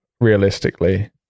realistically